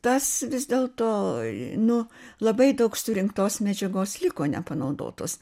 tas vis dėlto nu labai daug surinktos medžiagos liko nepanaudotos